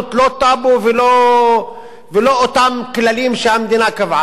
לא טאבו ולא אותם כללים שהמדינה קבעה,